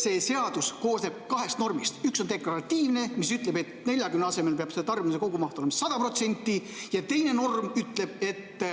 See seadus koosneb kahest normist: üks on deklaratiivne norm, mis ütleb, et 40% asemel peab selle tarbimise kogumaht olema 100%, ja teine norm ütleb, et